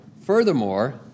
Furthermore